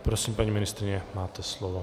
Prosím, paní ministryně, máte slovo.